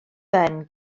ben